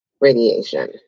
radiation